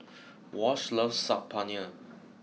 Wash loves Saag Paneer